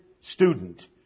student